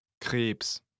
Krebs